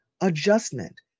adjustment